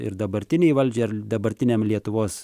ir dabartinei valdžiai ar dabartiniam lietuvos